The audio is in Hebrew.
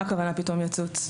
מה הכוונה בזה ש"הוא פתאום יצוץ"?